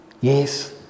Yes